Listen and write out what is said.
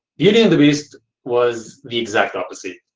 beauty and the beast was the exact opposite.